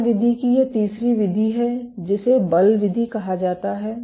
कार्य विधि की यह तीसरी विधि है जिसे बल विधि कहा जाता है